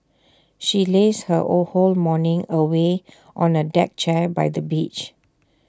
she lazed her all whole morning away on A deck chair by the beach